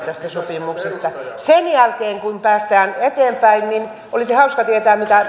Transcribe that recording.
tästä sopimuksesta sen jälkeen kun päästään eteenpäin niin olisi hauska tietää mitä